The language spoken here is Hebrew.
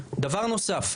דבר נוסף,